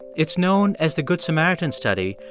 it's known as the good samaritans study,